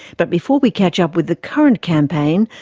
but before we catch up with the current campaign,